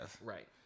right